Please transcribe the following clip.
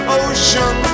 ocean